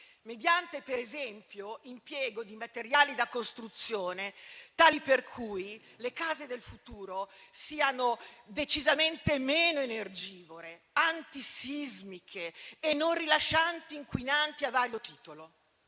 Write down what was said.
mediante, per esempio, l'impiego di materiali da costruzione tali per cui le case del futuro siano decisamente meno energivore, antisismiche e non rilascianti inquinanti a vario titolo.